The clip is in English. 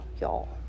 y'all